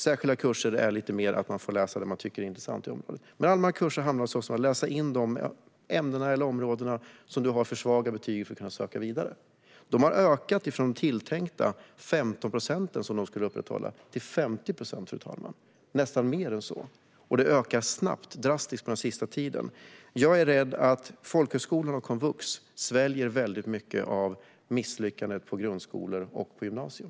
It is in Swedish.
Särskilda kurser handlar lite mer om att man får läsa det som man tycker är intressant. Men allmänna kurser handlar alltså om att läsa in de ämnen eller områden som man har för låga betyg i för att kunna söka vidare. Dessa kurser har ökat från 15 procent, som det var tänkt, till 50 procent och nästan mer. Det har ökat snabbt den senaste tiden. Jag är rädd för att folkhögskolorna och komvux sväljer väldigt mycket av misslyckandena på grundskolor och gymnasier.